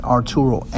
Arturo